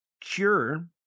Cure